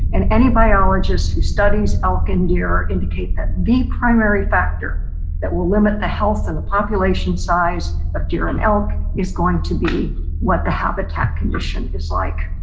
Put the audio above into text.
and any biologists who studies elk and deer indicate that the primary factor that will limit the health of and the population size of deer and elk is going to be what the habitat condition is like.